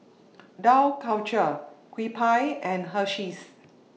Dough Culture Kewpie and Hersheys